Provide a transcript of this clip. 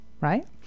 right